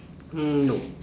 mm no